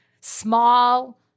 small